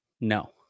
no